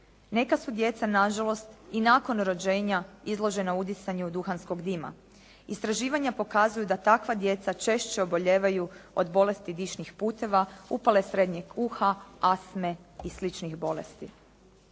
Neka su djeca nažalost i nakon rođenja izložena udisanju duhanskog dima. Istraživanja pokazuju da takva djeca češće oboljevaju od bolesti dišnih puteva, upale srednjeg uha, astme i sličnih bolesti.